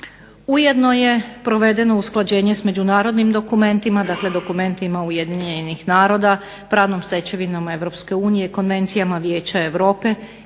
Ujedno je provedeno usklađenje s međunarodnim dokumentima, dakle dokumentima UN-a, pravnom stečevinom EU, konvencijama Vijeća Europe